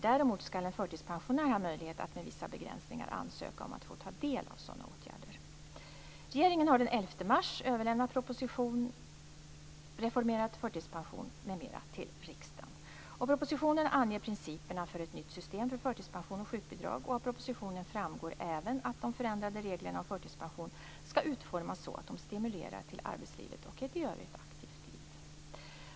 Däremot skall en förtidspensionär ha möjlighet att med vissa begränsningar ansöka om att få ta del av sådana åtgärder. till riksdagen. I propositionen anges principerna för ett nytt system för förtidspension och sjukbidrag. Av propositionen framgår även att de förändrade reglerna om förtidspension skall utformas så att de stimulerar till arbetslivet och ett i övrigt aktivt liv.